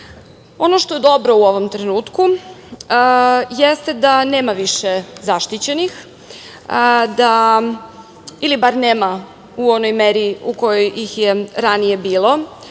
što je dobro u ovom trenutku jeste da nema više zaštićenih ili bar nema u onoj meri u kojoj ih je ranije bilo.